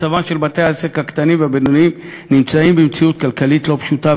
בתי-העסק הקטנים והבינוניים נמצאים במציאות כלכלית לא פשוטה,